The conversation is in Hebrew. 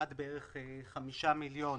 עד חמישה מיליון